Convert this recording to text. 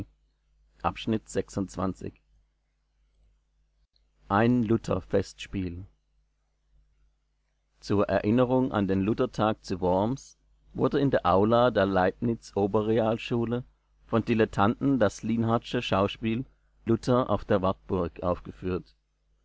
volks-zeitung april ein luther-festspiel zur erinnerung an den luther-tag zu worms wurde in der aula der leibniz-oberrealschule von dilettanten das lienhardsche schauspiel luther auf der wartburg aufgeführt